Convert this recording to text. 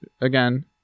Again